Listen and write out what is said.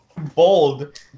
Bold